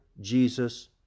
Jesus